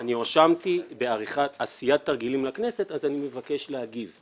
אני הואשמתי בעשיית תרגילים לכנסת אז אני מבקש להגיב.